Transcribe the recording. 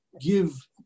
give